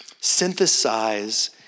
synthesize